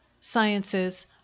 sciences